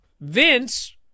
Vince